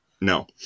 no